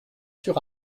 sur